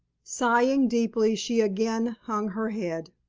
sighing deeply, she again hung her head.